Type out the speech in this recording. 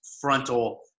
frontal